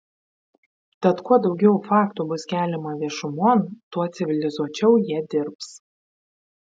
tad kuo daugiau faktų bus keliama viešumon tuo civilizuočiau jie dirbs